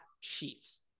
Chiefs